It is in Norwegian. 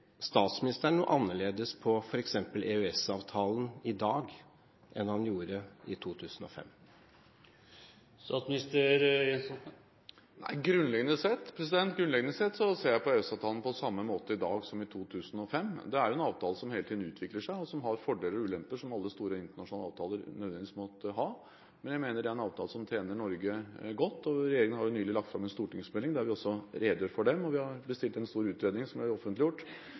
statsministeren noe annerledes på EØS-avtalen i dag enn han gjorde i 2005? Nei, grunnleggende sett ser jeg på EØS-avtalen på samme måte i dag som i 2005. Det er en avtale som hele tiden utvikler seg, og som har fordeler og ulemper som alle store internasjonale avtaler nødvendigvis må ha. Men jeg mener at det er en avtale som tjener Norge godt. Regjeringen har nylig lagt fram en stortingsmelding, der vi også redegjør for den. Vi har også bestilt en stor utredning, som er offentliggjort,